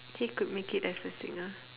he could make it as a singer